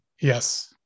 yes